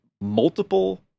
multiple